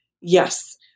yes